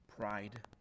Pride